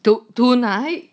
to~ tonight